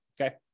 okay